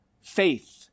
faith